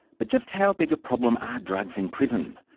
but just how big a problem are drugs in prison?